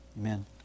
Amen